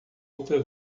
outra